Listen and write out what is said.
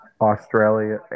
Australia